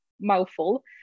mouthful